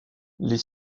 les